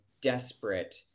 desperate